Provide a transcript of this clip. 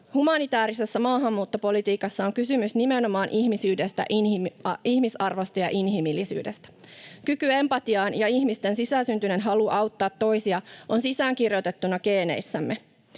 Humanitäärisessä maahanmuuttopolitiikassa on kysymys nimenomaan ihmisyydestä, ihmisarvosta ja inhimillisyydestä. Kyky empatiaan ja ihmisten sisäsyntyinen halu auttaa toisia on sisäänkirjoitettuna geeneissämme.